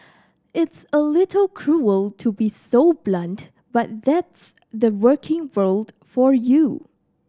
it's a little cruel to be so blunt but that's the working world for you